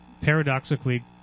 paradoxically